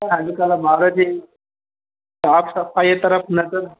अॼु कल्ह ॿार जे साफ़ु सफ़ाई जे तरफ़ि नज़र